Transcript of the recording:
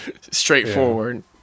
straightforward